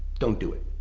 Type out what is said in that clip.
don't do it.